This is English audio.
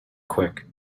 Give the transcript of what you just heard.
quick